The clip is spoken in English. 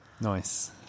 Nice